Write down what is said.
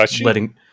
letting